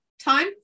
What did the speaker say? time